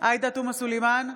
עאידה תומא סלימאן,